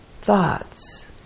thoughts